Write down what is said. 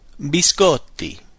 Biscotti